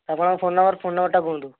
ଆପଣଙ୍କର phone number phone ନମ୍ବରଟା କୁହନ୍ତୁ